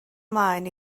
mlaen